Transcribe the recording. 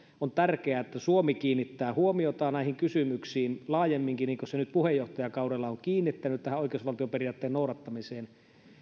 on tärkeää että suomi kiinnittää huomiota näihin kysymyksiin laajemminkin niin kuin se nyt puheenjohtajakaudella on kiinnittänyt tähän oikeusvaltioperiaatteen noudattamiseen